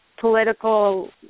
political